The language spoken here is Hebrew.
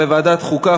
לוועדת החוקה,